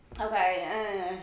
Okay